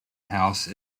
house